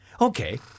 Okay